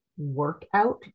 workout